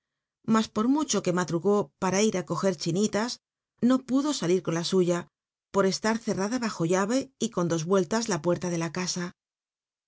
mas por mucho que madru ó para ir á cuger chinitas no pudo salir con la u ya por e lar ecrrada bajo liare y con dos vueltas la puerta de la ca